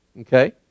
okay